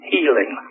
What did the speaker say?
Healing